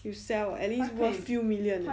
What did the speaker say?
you sell ah at least worth few million